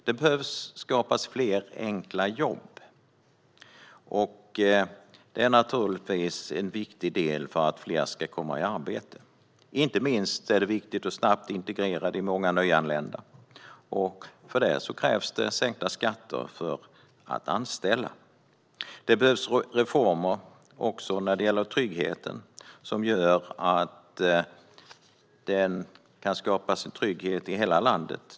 Det behöver skapas fler enkla jobb; det är naturligtvis viktigt för att fler ska komma i arbete. Inte minst är det viktigt att snabbt integrera de många nyanlända, och för detta krävs sänkta skatter på att anställa. Det behövs också reformer som gör att det kan skapas trygghet i hela landet.